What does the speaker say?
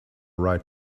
right